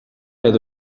edo